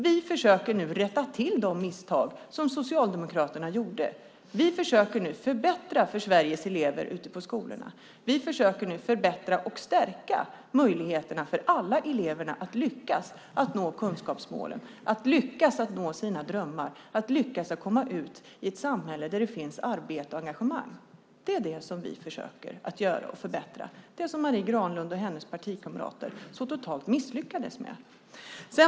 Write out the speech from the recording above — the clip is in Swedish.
Vi försöker nu rätta till de misstag som Socialdemokraterna gjorde. Vi försöker nu förbättra för Sveriges elever ute på skolorna. Vi försöker nu förbättra och stärka möjligheterna för alla elever att lyckas att nå kunskapsmålen, att lyckas att förverkliga sina drömmar, att lyckas att komma ut i ett samhälle där det finns arbete och engagemang. Det är det som vi försöker göra och förbättra, det som Marie Granlund och hennes partikamrater så totalt misslyckades med.